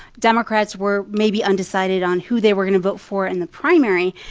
democrats were maybe undecided on who they were going to vote for in the primary,